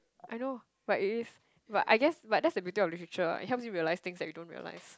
I know but it is but I guess but that is the beauty of literature lah it helps you realize things that you don't realize